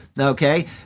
Okay